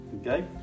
okay